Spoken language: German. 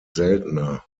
seltener